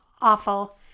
awful